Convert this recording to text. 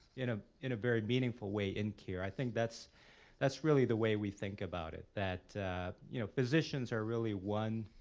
in ah in a very meaningful way in care. i think that's that's really the way we think about it. that you know physicians are really one